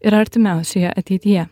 ir artimiausioje ateityje